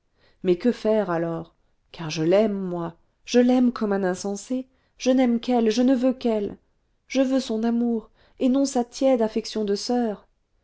mais que faire alors car je l'aime moi je l'aime comme un insensé je n'aime qu'elle je ne veux qu'elle je veux son amour et non sa tiède affection de soeur